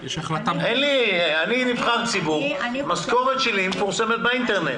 אני נבחר ציבור, המשכורת שלי מפורסמת באינטרנט.